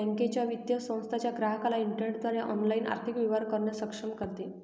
बँकेच्या, वित्तीय संस्थेच्या ग्राहकाला इंटरनेटद्वारे ऑनलाइन आर्थिक व्यवहार करण्यास सक्षम करते